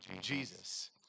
jesus